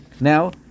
Now